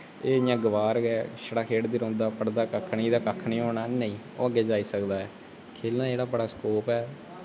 एह् इ'यां गवार गै छड़ा खेढदा रौंह्दा पढ़दा कक्ख निं एह्दा कक्ख निं होना नेईं ओह् अग्गें जाई सकदा ऐ खेलना जेह्ड़ा बड़ा स्कोप ऐ